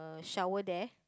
the shower there